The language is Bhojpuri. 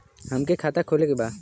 हमके खाता खोले के बा?